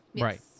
right